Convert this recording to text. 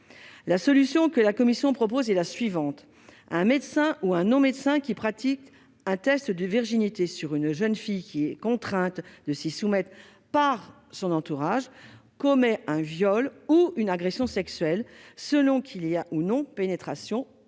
La solution que la commission propose est la suivante. Un médecin ou un non-médecin qui pratique un test de virginité sur une jeune fille obligée de s'y soumettre par son entourage commet un viol ou une agression sexuelle, selon qu'il y a ou non pénétration, en